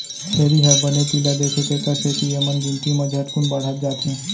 छेरी ह बने पिला देथे तेकर सेती एमन गिनती म झटकुन बाढ़त जाथें